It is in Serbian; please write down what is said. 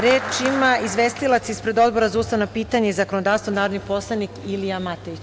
Reč ima izvestilac ispred Odbora za ustavna pitanja i zakonodavstvo, narodni poslanik Ilija Matejić.